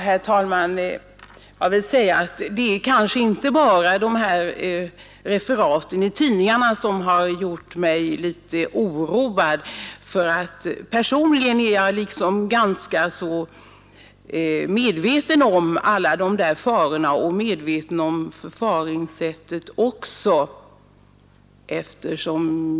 Herr talman! Det är kanske inte bara referaten i tidningarna som har gjort mig litet oroad. Personligen är jag ganska medveten om farorna och förfaringssättet.